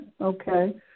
Okay